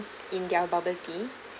in their bubble tea